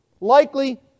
likely